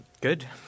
Good